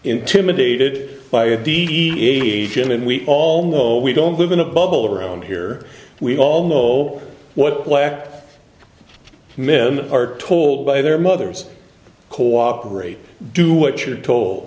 intimidated by a d d e agent and we all know we don't live in a bubble around here we all know what black men are told by their mothers cooperate do what you're told